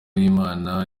uwimana